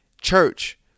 Church